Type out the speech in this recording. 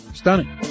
stunning